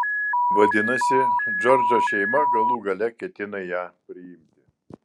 vadinasi džordžo šeima galų gale ketina ją priimti